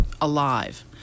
alive